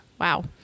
Wow